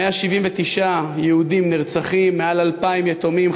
179 יהודים נרצחים, מעל 2,000 יתומים.